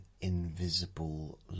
invisible